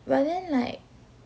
but then like